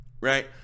Right